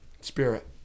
Spirit